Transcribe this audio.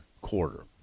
Quarter